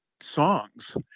songs